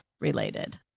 related